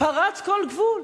פרץ כל גבול.